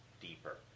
deeper